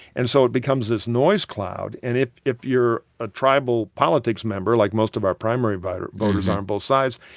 and so it becomes this noise cloud. and if if you're a tribal politics member, like most of our primary voters are on both sides,